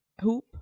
Hoop